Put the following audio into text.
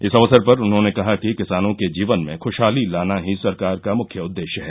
इस अवसर पर उन्होंने कहा कि किसानों के जीवन में खुशहाली लाना ही सरकार का मुख्य उद्देश्य है